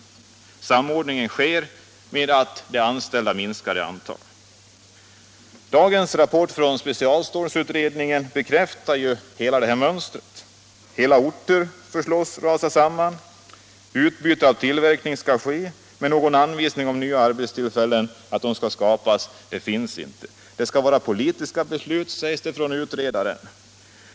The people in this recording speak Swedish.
Samordningen sker på bekostnad av att de anställda minskar i antal. Dagens rapport från specialstålsutredningen bekräftar detta mönster. Hela orter föreslås rasa samman. Utbyte av tillverkning skall ske. Men någon anvisning om att nya arbetstillfällen skall skapas finns inte. Det skall ske genom politiska beslut, sägs det från utredaren.